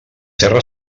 terra